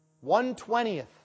one-twentieth